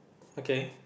okay